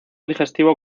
digestivo